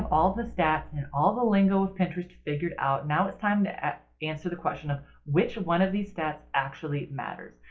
all the stats, and and all the lingo of pinterest figured out now it's time to answer the question of which one of these stats actually matters?